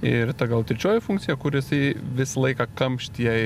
ir ta gal trečioji funkcija kur jisai visą laiką kamštyje